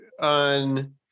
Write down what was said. on